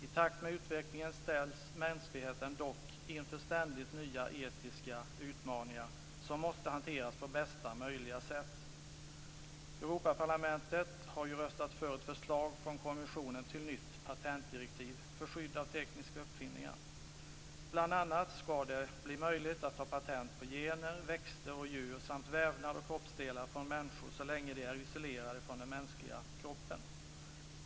I takt med utvecklingen ställs mänskligheten dock ständigt inför nya etiska utmaningar som måste hanteras på bästa möjliga sätt. Europaparlamentet har röstat för ett förslag från kommissionen till nytt patentdirektiv för skydd av tekniska uppfinningar. Bl.a. skall det bli möjligt att ta patent på gener, växter och djur samt vävnad och kroppsdelar från människor så länge de är "isolerade från den mänskliga kroppen".